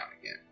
again